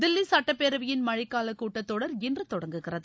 தில்லி சட்டப்பேரவையின் மழைக்கால கூட்டத்தொடர் இன்று தொடங்குகிறது